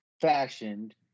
fashioned